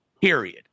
period